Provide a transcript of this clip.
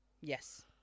Yes